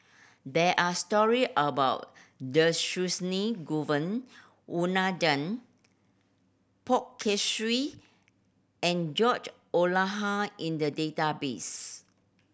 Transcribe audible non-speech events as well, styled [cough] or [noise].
there are story about [unintelligible] Govin Winodan Poh Kay Swee and George [unintelligible] in the database